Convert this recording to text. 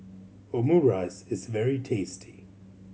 omurice is very tasty